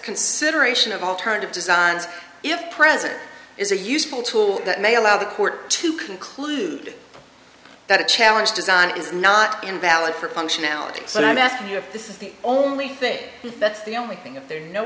consideration of alternative designs if present is a useful tool that may allow the court to conclude that a challenge design is not invalid for functionality so i'm asking you if this is the only thing that's the only thing if there are no